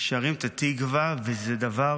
שרים את התקווה, וזה דבר